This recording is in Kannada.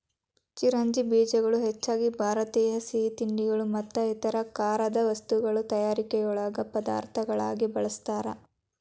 ಚಿರೋಂಜಿ ಬೇಜಗಳನ್ನ ಹೆಚ್ಚಾಗಿ ಭಾರತೇಯ ಸಿಹಿತಿಂಡಿಗಳು ಮತ್ತು ಇತರ ಖಾರದ ವಸ್ತುಗಳ ತಯಾರಿಕೆಯೊಳಗ ಪದಾರ್ಥಗಳಾಗಿ ಬಳಸ್ತಾರ